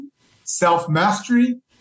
self-mastery